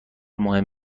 مهم